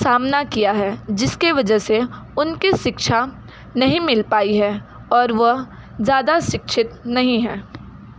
सामना किया है जिसके वजह से उनकी शिक्षा नहीं मिल पाई है और वह ज़्यादा शिक्षित नहीं हैं